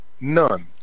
None